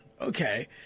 Okay